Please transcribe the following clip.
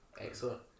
excellent